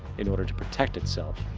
in order to protect itself,